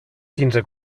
quinze